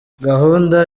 gahunda